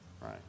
Right